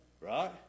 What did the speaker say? Right